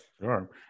Sure